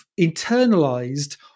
internalized